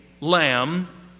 lamb